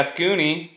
Goonie